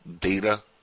Data